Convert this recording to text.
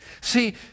See